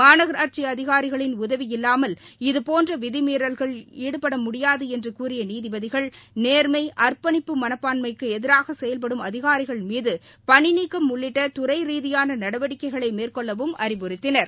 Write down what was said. மாநகராட்சி அதிகாரிகளின் உதவியில்லாமல் இதபோன்ற விதிமீறல்களில் ஈடுபட முடியாது என்று கூறிய நீதிபதிகள் நேர்மை அர்ப்பனிப்பு மனப்பான்மைக்கு எதிராக செயல்படும் அதிகாரிகள் மீது பணிநீக்கம் உள்ளிட்ட துறை ரீதியான நடவடிக்கைகளை மேற்கொள்ளவும் அறிவுறுத்தினர்